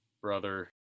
brother